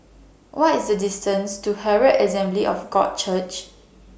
What IS The distance to Herald Assembly of God Church